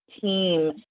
team